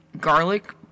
garlic